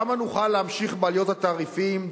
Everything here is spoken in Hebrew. כמה נוכל להמשיך בעליות התעריפים,